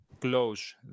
close